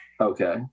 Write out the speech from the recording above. okay